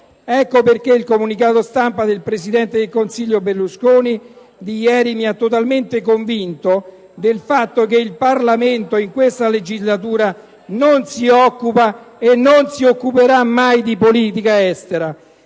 Ecco perché il comunicato stampa del presidente del Consiglio Berlusconi di ieri mi ha totalmente convinto del fatto che il Parlamento in questa legislatura non si occupa e non si occuperà mai di politica estera.